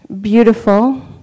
beautiful